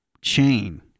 chain